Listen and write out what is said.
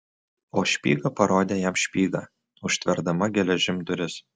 o špyga parodė jam špygą užtverdama geležim duris